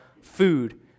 food